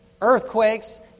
earthquakes